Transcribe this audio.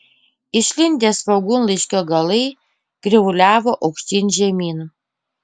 išlindę svogūnlaiškio galai krivuliavo aukštyn žemyn